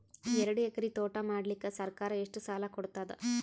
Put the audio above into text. ಎರಡು ಎಕರಿ ತೋಟ ಮಾಡಲಿಕ್ಕ ಸರ್ಕಾರ ಎಷ್ಟ ಸಾಲ ಕೊಡತದ?